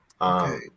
Okay